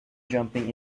jumping